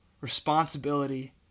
responsibility